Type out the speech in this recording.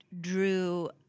drew